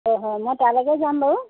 হয় হয় মই তালৈকে যাম বাৰু